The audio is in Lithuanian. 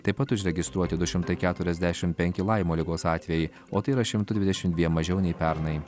taip pat užregistruoti du šimtai keturiasdešim penki laimo ligos atvejai o tai yra šimtu dvidešim dviem mažiau nei pernai